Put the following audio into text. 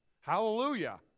Hallelujah